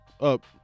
up